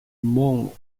mont